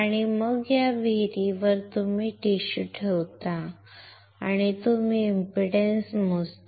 आणि मग या विहिरीवर तुम्ही टिश्यू ठेवता आणि तुम्ही इंपीडन्स मोजता